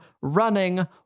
running